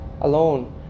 alone